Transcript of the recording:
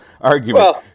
argument